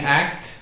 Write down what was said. act